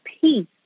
peace